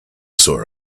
saw